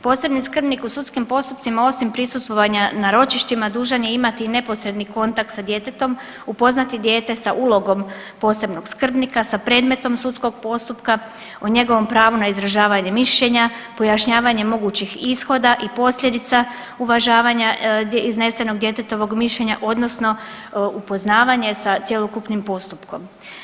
Posebni skrbnik u sudskim postupcima osim prisustvovanja na ročištima dužan je imati i neposredni kontakt sa djetetom, upoznati dijete sa ulogom posebnog skrbnika, sa predmetom sudskog postupka, o njegovom pravu na izražavanje mišljenja, pojašnjavanje mogućih ishoda i posljedica uvažavanja iznesenog djetetovog mišljenja odnosno upoznavanje sa cjelokupnim postupkom.